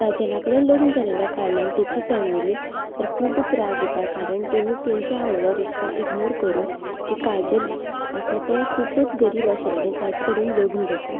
काजला कडेन लग्न जाल्ल्या कारणान ताची फेमिलीक तर खुबूच राग येता कारण ताणें तांचो हाडिल्लो रिश्ता इग्नोर करून जे काजल आसा तें खुबूच गरीब आशिल्लें ताचे कडेन लग्न जाता